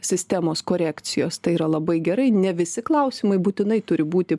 sistemos korekcijos tai yra labai gerai ne visi klausimai būtinai turi būti